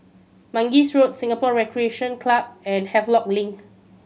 Mangis Road Singapore Recreation Club and Havelock Link